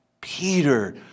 Peter